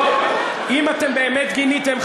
אם אתם באמת גיניתם,